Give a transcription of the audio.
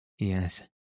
Yes